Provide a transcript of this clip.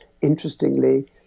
interestingly